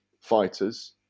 fighters